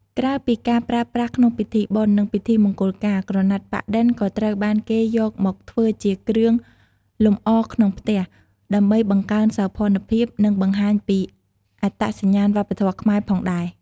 ក្រៅពីការប្រើប្រាស់ក្នុងពិធីបុណ្យ និងពិធីមង្គលការ ក្រណាត់ប៉ាក់-ឌិន ក៏ត្រូវបានគេយកមកធ្វើជា គ្រឿងលម្អក្នុងផ្ទះ ដើម្បីបង្កើនសោភ័ណភាព និងបង្ហាញពីអត្តសញ្ញាណវប្បធម៌ខ្មែរផងដែរ។